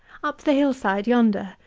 up the hillside yonder,